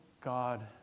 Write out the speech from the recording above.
God